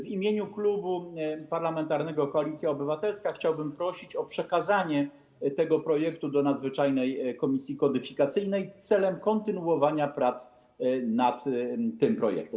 W imieniu Klubu Parlamentarnego Koalicja Obywatelska chciałbym prosić o przekazanie tego projektu do nadzwyczajnej komisji kodyfikacyjnej celem kontynuowania prac nad tym projektem.